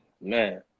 man